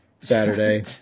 Saturday